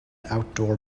outdoor